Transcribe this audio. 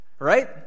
right